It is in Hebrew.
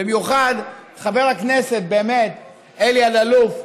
במיוחד חבר הכנסת אלי אלאלוף,